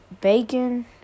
bacon